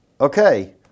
okay